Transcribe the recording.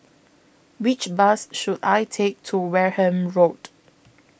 Which Bus should I Take to Wareham Road